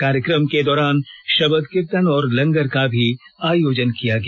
कार्यक्रम के दौरान शबद् कीर्तन और लंगर का भी आयोजन किया गया